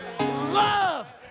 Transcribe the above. Love